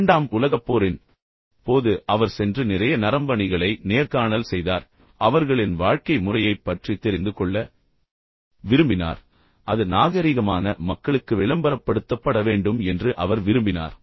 இரண்டாம் உலகப் போரின் போது அவர் சென்று நிறைய நரம்பணிகளை நேர்காணல் செய்தார் பின்னர் அவர்களின் வாழ்க்கை முறையைப் பற்றி தெரிந்து கொள்ள விரும்பினார் அது நாகரீகமான மக்களுக்கு விளம்பரப்படுத்தப்பட வேண்டும் என்று அவர் விரும்பினார்